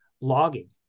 logging